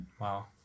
Wow